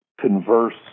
converse